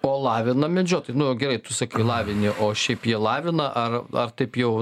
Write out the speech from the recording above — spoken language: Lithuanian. o lavina medžiotojai nu va gerai tu sakai lavini o šiaip jie lavina ar ar taip jau